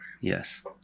yes